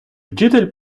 вчитель